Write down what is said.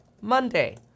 Monday